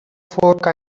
four